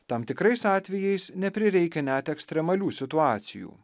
tam tikrais atvejais neprireikia net ekstremalių situacijų